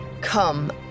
come